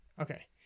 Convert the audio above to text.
Okay